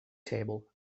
table